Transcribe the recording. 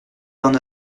vingt